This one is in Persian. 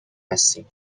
هستیم